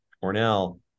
Cornell